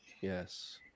Yes